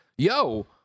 Yo